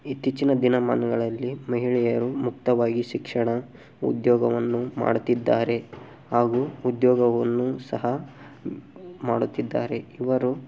ಇತ್ತೀಚಿನ ದಿನಮಾನಗಳಲ್ಲಿ ಮಹಿಳೆಯರು ಮುಕ್ತವಾಗಿ ಶಿಕ್ಷಣ ಉದ್ಯೋಗವನ್ನು ಮಾಡುತ್ತಿದ್ದಾರೆ ಹಾಗೂ ಉದ್ಯೋಗವನ್ನು ಸಹ ಮಾಡುತ್ತಿದ್ದಾರೆ ಇವರು